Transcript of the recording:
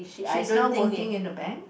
she's now working in the bank